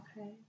Okay